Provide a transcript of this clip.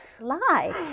lie